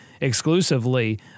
exclusively